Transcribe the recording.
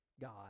God